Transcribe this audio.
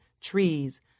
trees